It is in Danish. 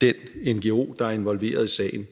den ngo, der er involveret i sagen.